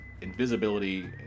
invisibility